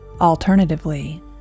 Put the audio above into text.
Alternatively